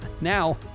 Now